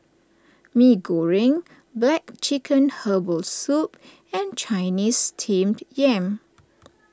Mee Goreng Black Chicken Herbal Soup and Chinese Steamed Yam